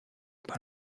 par